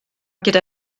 gyda